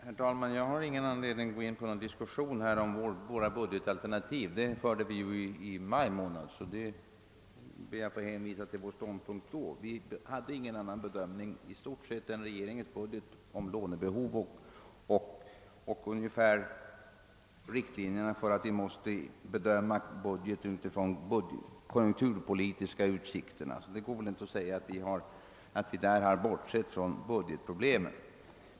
Herr talman! Jag har ingen anledning att gå in på någon diskussion beträffande våra budgetalternativ. Dem diskuterade vi i maj, och jag ber att få hänvisa till vår ståndpunkt då. Vi hade i stort sett ingen annan bedömning än regeringens budget om lånebehovet och orsaken till att vi måste bedöma budgeten mot de konjunkturpolitiska utsikterna. Man kan därför inte säga att vi har bortsett från budgetproblemen.